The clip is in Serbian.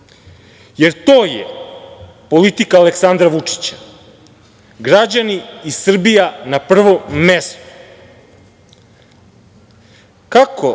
jer to je politika Aleksandra Vučića - građani i Srbija na prvom